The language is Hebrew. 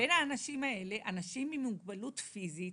בין האנשים האלה אנשים עם מוגבלות פיזית,